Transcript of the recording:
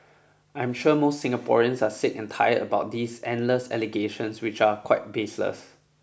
I am sure most Singaporeans are sick and tired about these endless allegations which are quite baseless